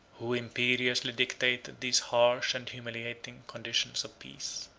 who imperiously dictated these harsh and humiliating conditions of peace.